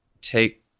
take